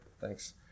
Thanks